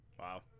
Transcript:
Wow